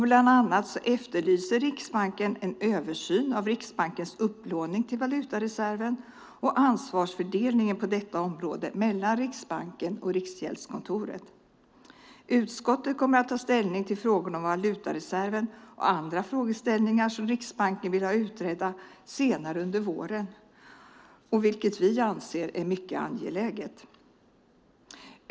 Bland annat efterlyser Riksbanken en översyn av Riksbankens upplåning till valutareserven och ansvarsfördelningen på detta område mellan Riksbanken och Riksgäldskontoret. Utskottet kommer att ta ställning till frågorna om valutareserven och andra frågeställningar som Riksbanken vill ha utredda senare under våren, vilket vi anser är mycket angeläget.